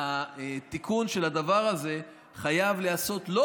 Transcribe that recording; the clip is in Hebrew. והתיקון של הדבר הזה חייב להיעשות לא